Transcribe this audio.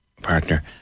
partner